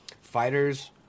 Fighters